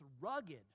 rugged